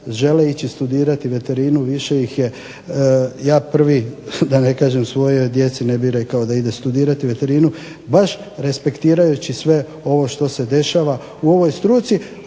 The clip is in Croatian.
žele ići studirati veterinu. Više ih je. Ja prvi da ne kažem svojoj djeci ne bih rekao da ide studirati veterinu baš respektirajući sve ovo što se dešava u ovoj struci